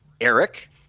Eric